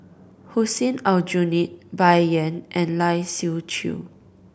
Hussein Aljunied Bai Yan and Lai Siu Chiu